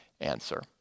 answer